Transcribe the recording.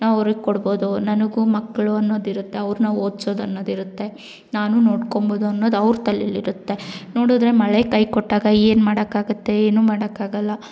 ನಾವು ಅವ್ರ್ಗೆ ಕೊಡ್ಬೋದು ನನಗೂ ಮಕ್ಕಳು ಅನ್ನೋದು ಇರುತ್ತೆ ಅವ್ರನ್ನ ಓದ್ಸೋದು ಅನ್ನೋದು ಇರುತ್ತೆ ನಾನು ನೋಡ್ಕೊಳ್ಬೋದು ಅನ್ನೋದು ಅವ್ರ ತಲೆಲಿ ಇರುತ್ತೆ ನೋಡಿದ್ರೆ ಮಳೆ ಕೈಕೊಟ್ಟಾಗ ಏನು ಮಾಡೋಕ್ಕಾಗುತ್ತೆ ಏನೂ ಮಾಡೋಕ್ಕಾಗೊಲ್ಲ